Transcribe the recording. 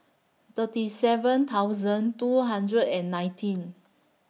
thirty seven thousand two hundred and nineteen